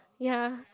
ya